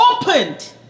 opened